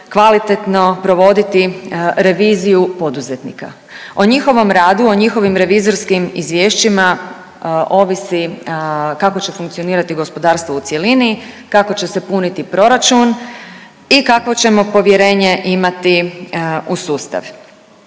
kvalitetno provoditi reviziju poduzetnika. O njihovom radu, o njihovim revizorskim izvješćima, ovisi kako će funkcionirati gospodarstvo u cjelini, kako će se puniti proračun i kakvo ćemo povjerenje imati u sustav.